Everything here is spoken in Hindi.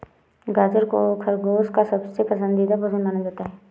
गाजर को खरगोश का सबसे पसन्दीदा भोजन माना जाता है